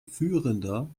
führender